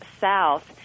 south